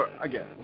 again